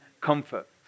comfort